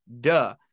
Duh